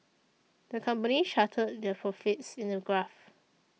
the company charted their profits in a graph